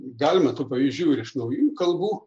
galima tų pavyzdžių ir iš naujų kalbų